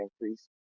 increase